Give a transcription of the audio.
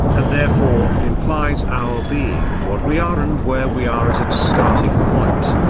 and therefore implies our being what we are and where we are as its starting point.